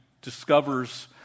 discovers